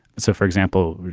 so, for example,